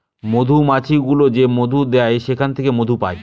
মধুমাছি গুলো যে মধু দেয় সেখান থেকে মধু পায়